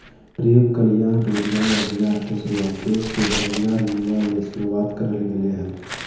गरीब कल्याण रोजगार अभियान के शुरुआत देश के बेरोजगार युवा ले शुरुआत करल गेलय हल